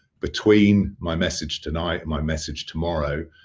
between my message tonight and my message tomorrow,